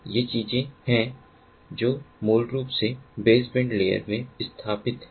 तो ये चीजें हैं जो मूल रूप से बेसबैंड लेयर में समर्थित हैं